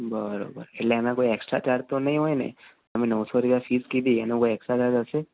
બરાબર એટલે એના કોઈ એકસ્ટ્રા ચાર્જ તો નહીં હોય ને તમે નવસો રુપિયા ફીસ કીધી એનો કોઈ એકસ્ટ્રા ચાર્જ હશે